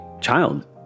child